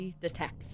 detect